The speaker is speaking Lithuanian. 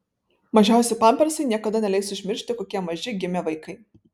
mažiausi pampersai niekada neleis užmiršti kokie maži gimė vaikai